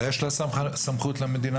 אבל למדינה,